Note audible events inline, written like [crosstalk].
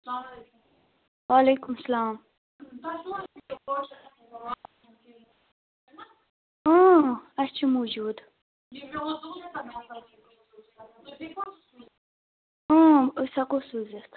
سلام علیکُم وعلیکُم سَلام [unintelligible] اَسہِ چھُ موٗجوٗد [unintelligible] أسۍ ہٮ۪کو سوٗزِتھ